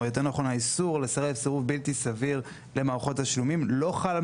או יותר נכון האיסור לסרב סירוב בלתי סביר למערכות תשלומים לא חל על